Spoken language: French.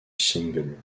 single